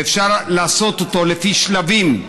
ואפשר לעשות את זה לפי שלבים: